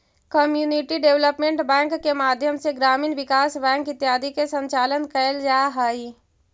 community development bank के माध्यम से ग्रामीण विकास बैंक इत्यादि के संचालन कैल जा हइ